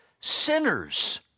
sinners